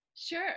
Sure